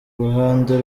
ruhande